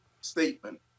statement